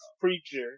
preacher